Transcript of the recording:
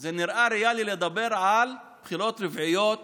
זה נראה ריאלי לדבר על בחירות רביעיות